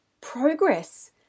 progress